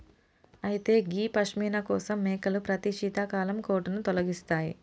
అయితే గీ పష్మిన కోసం మేకలు ప్రతి శీతాకాలం కోటును తొలగిస్తాయి